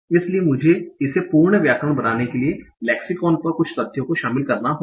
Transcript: इसलिए मुझे इसे पूर्ण व्याकरण बनाने के लिए लेक्सिकॉन पर कुछ तथ्यों को शामिल करना होगा